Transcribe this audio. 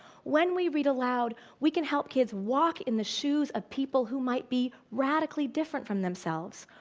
when we read aloud, we can help kids walk in the shoes of people who might be radically different from themselves.